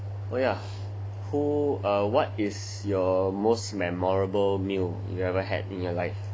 oh ya who err what is your most memorable meal you ever had in your life